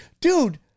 dude